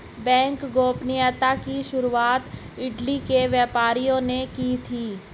bank गोपनीयता की शुरुआत इटली के व्यापारियों ने की थी